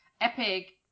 epic